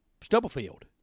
Stubblefield